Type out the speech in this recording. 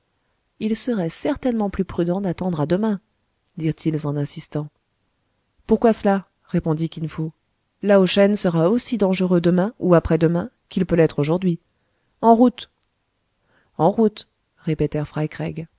il serait certainement plus prudent d'attendre à demain direntils en insistant pourquoi cela répondit kin fo lao shen sera aussi dangereux demain ou après-demain qu'il peut l'être aujourd'hui en route en route